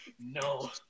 no